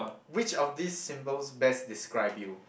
which of these symbols best describe you